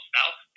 South